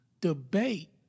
debate